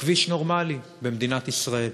כביש נורמלי במדינת ישראל.